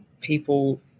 people